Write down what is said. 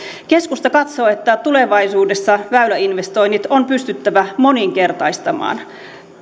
keskusta katsoo että tulevaisuudessa väyläinvestoinnit on pystyttävä moninkertaistamaan